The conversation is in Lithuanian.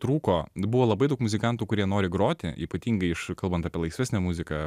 trūko buvo labai daug muzikantų kurie nori groti ypatingai iš kalbant apie laisvesnę muziką